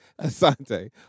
Asante